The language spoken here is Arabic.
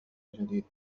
الجديد